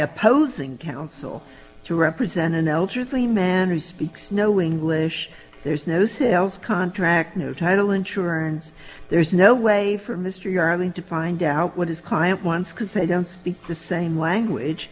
opposing counsel to represent an elderly man who speaks no english there's no sales contract no title insurance there's no way for mr you are going to find out what his client wants because they don't speak the same language